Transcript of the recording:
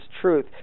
truth